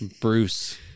Bruce